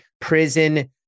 prison